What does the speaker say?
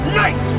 night